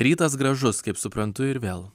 rytas gražus kaip suprantu ir vėl